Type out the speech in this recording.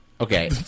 Okay